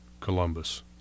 Columbus